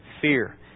fear